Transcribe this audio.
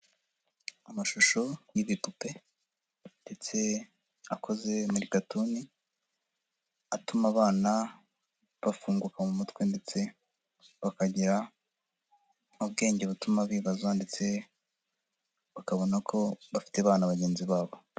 Amashusho y'ibipupe ndetse akoze muri katuni, atuma abana bafunguka mu mutwe ndetse bakagira ubwenge butuma bibaza ndetse bakabona ko bafite abana bagenzi babo.